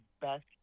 best